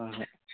ꯍꯣꯣꯏ ꯍꯣꯏ